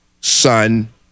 son